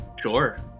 Sure